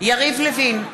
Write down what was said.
יריב לוין,